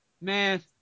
man